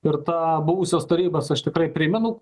ir tą buvusios tarybos aš tikrai primenu